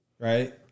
Right